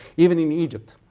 even in egypt,